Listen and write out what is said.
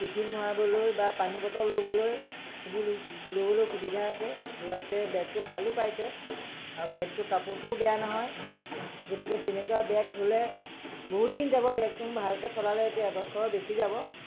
tiffin ভৰাবলৈ বা পানী বটল ল'বলৈ সেইবোৰ ল'বলৈ সুবিধা আছে ল'ৰাটোৱে বেগটো ভালো পাইছে আৰু বেগটোৰ কাপোৰটোও বেয়া নহয় গতিকে তেনেকুৱা বেগ হ'লে বহুত দিন যাব বেগটো ভালকৈ চলালে এতিয়া এবছৰৰ বেছি যাব